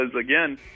again